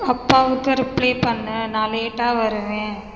அப்பாவுக்கு ரிப்ளை பண்ணு நான் லேட்டாக வருவேன்